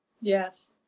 Yes